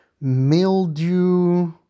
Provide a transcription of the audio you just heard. Mildew